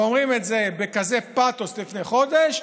ואומרים את זה בכזה פתוס לפני חודש,